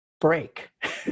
break